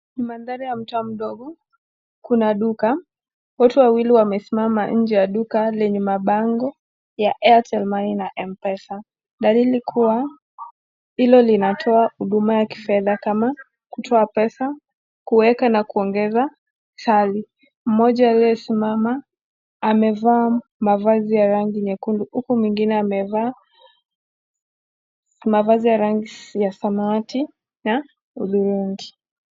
Mandhari ya mtaa mdogo kuna duka, watu wawili wamefika wamesimama nje ya duka lenye mabango ya airtel money na M-Pesa dalili kuwa hilo linatoa huduma ya kifedha kama kutoa pesa kuweka na kuongeza moja aliyesimama amevaa mavazi ya rangi nyekundu huku mwingine amevaa mavazi ya rangi ya samawati na hudhurungi.